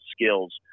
skills